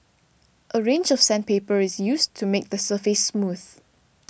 a range of sandpaper is used to make the surface smooth